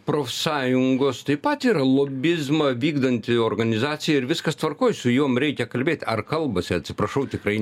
profsąjungos taip pat yra lobizmą vykdanti organizacija ir viskas tvarkoj su jom reikia kalbėt ar kalbasi atsiprašau tikrai